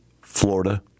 Florida